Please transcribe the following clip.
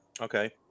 Okay